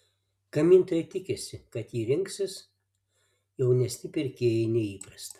gamintojai tikisi kad jį rinksis jaunesni pirkėjai nei įprasta